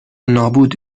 نابود